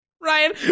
Ryan